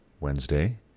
Wednesday